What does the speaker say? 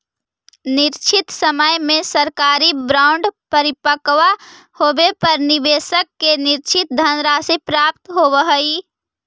निश्चित समय में सरकारी बॉन्ड परिपक्व होवे पर निवेशक के निश्चित धनराशि प्राप्त होवऽ हइ